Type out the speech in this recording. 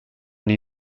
new